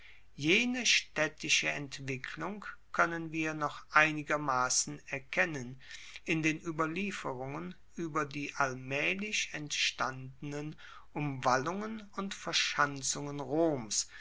jene staedtische entwicklung koennen wir noch einigermassen erkennen in den ueberlieferungen ueber die allmaehlich entstandenen umwallungen und verschanzungen roms